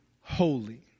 holy